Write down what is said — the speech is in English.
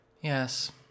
Yes